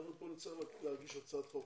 לא תהיה לנו ברירה ונצטרך להגיש כאן הצעת חוק,